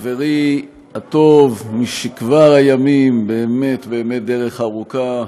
חברי הטוב משכבר הימים, באמת באמת דרך ארוכה,